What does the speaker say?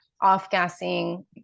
off-gassing